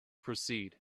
proceed